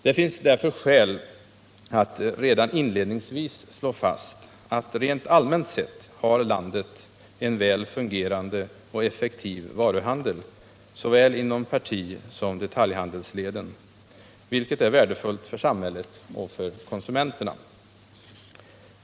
Det finns därför skäl att redan inledningsvis slå fast att landet rent allmänt sett har en väl fungerande och effektiv varuhandel, inom såväl partisom detaljhandelsleden, vilket är värdefullt för samhället och för konsumenterna.